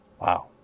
Wow